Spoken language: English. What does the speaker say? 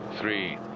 three